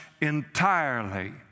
entirely